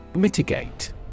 Mitigate